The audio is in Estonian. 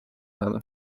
saada